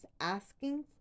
asking